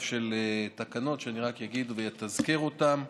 של תקנות שאני רק אגיד ואזכיר אותן.